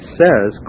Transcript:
says